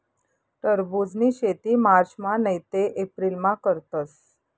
टरबुजनी शेती मार्चमा नैते एप्रिलमा करतस